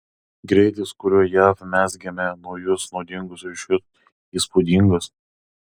greitis kuriuo jav mezgėme naujus naudingus ryšius įspūdingas